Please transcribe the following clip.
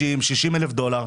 50,000 60,000 דולר,